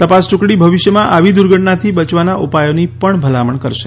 તપાસ ટૂકડી ભવિષ્યમાં આવી દુર્ઘટનાથી બચવાના ઉપાયોની પણ ભલામણ કરશે